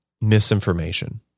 misinformation